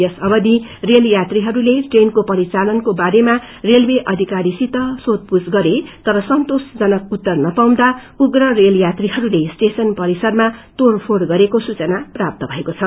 यस अवधि रेल यात्रीहरूले ट्रेनको परिचालनको बारेमा रेलवे अधिकारीहरूसित सोधपूछ गरे तर सन्तोषजनक उत्तर नपाउँदा उग्र रेलयात्रीरहरूले स्टेशन परिसरमा तोड़फोड़ गरेको सूचअुरिज्म डेना प्राप्त भएको छ